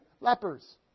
Lepers